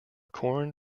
corn